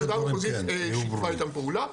הוועדה המחוזית שיתפה איתם פעולה,